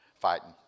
fighting